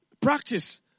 practice